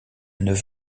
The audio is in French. neuf